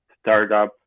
startup